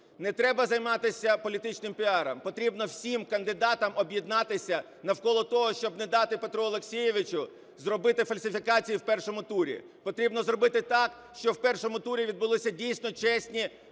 Не треба займатися політичним піаром, потрібно всім кандидатам об'єднатися навколо того, щоб не дати Петру Олексійовичу зробити фальсифікації в першому турі. Потрібно зробити так, щоб в першому турі відбулися, дійсно, чесні